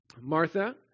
Martha